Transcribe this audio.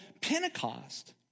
Pentecost